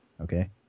okay